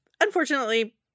unfortunately